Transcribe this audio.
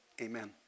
Amen